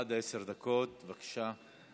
עד עשר דקות, בבקשה.